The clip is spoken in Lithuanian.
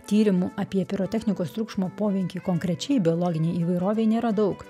tyrimų apie pirotechnikos triukšmo poveikį konkrečiai biologinei įvairovei nėra daug